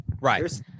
Right